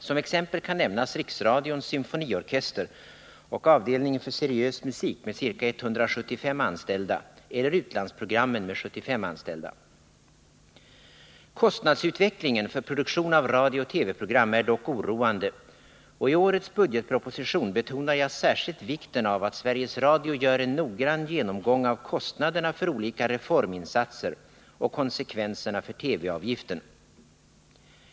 Som exempel kan nämnas riksradions symfoniorkester och avdelningen för seriös musik med ca 175 anställda eller utlandsprogrammen med 75 anställda. Utvecklingen av kostnaderna för produktion av radiooch TV-program är dock oroande, och i årets budgetproposition betonar jag särskilt vikten av att Sveriges Radio gör en noggrann genomgång av kostnaderna för olika reforminsatser och konsekvenserna för TV-avgiften.